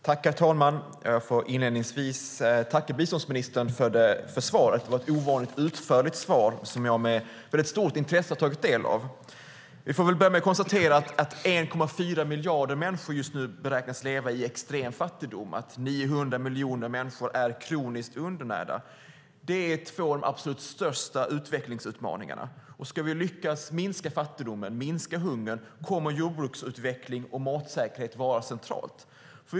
Herr talman! Jag får inledningsvis tacka biståndsministern för svaret. Det var ett ovanligt utförligt svar som jag med stort intresse tagit del av. Jag börjar med att konstatera att 1,4 miljarder människor beräknas leva i extrem fattigdom och 900 miljoner människor är kroniskt undernärda. Det här är två av de absolut största utvecklingsutmaningarna. Om vi ska lyckas med att minska fattigdomen och minska hungern kommer jordbruksutveckling och matsäkerhet att vara centralt.